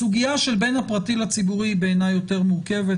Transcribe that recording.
הסוגיה של בין הפרטי לציבורי בעיני יותר מורכבת,